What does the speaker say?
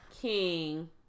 King